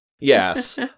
Yes